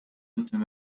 moeten